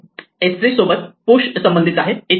s3 सोबत push संबंधित आहे इत्यादी